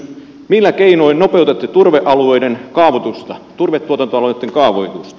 millä keinoin nopeutatte turvetuotantoalueitten kaavoitusta